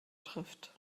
trifft